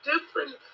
Different